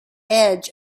edge